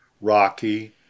Rocky